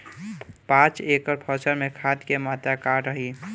पाँच एकड़ फसल में खाद के मात्रा का रही?